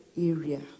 area